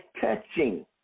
touching